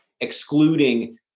excluding